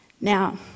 Now